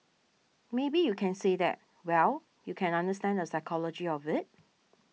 maybe you can say that well you can understand the psychology of it